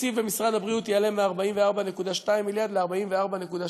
תקציב משרד הבריאות יעלה מ-44.2 מיליארד ל-44.6.